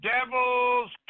Devil's